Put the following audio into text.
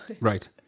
Right